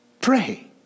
Pray